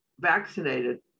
vaccinated